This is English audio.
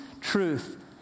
truth